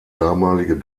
damalige